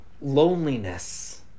loneliness